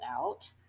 out